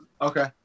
Okay